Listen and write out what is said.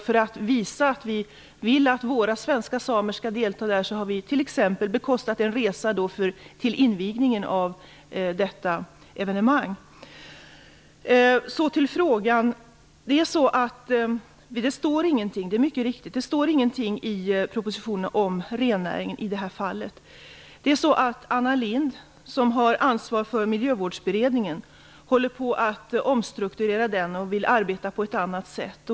För att visa att vi vill att våra svenska samer skall vara närvarande har vi bekostat en resa till invigningen av detta evenemang. Så till frågan. Det är mycket riktigt att det inte står någonting i propositionen om rennäringen. Anna Lindh, som har ansvar för Miljövårdsberedningen, håller på att omstrukturera den. Hon vill arbeta på ett annat sätt.